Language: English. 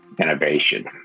innovation